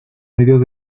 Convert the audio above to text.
medios